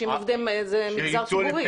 זה מגזר ציבורי.